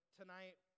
tonight